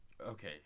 okay